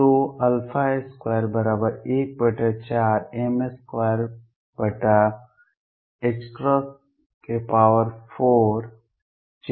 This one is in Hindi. तो 214m24Ze24π02